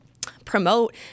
promote